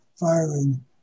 firing